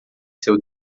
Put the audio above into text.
seu